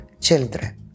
children